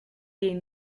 est